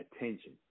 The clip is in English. attention